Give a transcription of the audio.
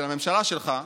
של הממשלה שלך,